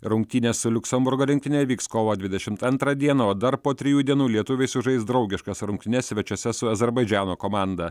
rungtynes su liuksemburgo rinktine vyks kovo dvidešimt antrą dieną o dar po trijų dienų lietuviai sužais draugiškas rungtynes svečiuose su azerbaidžano komanda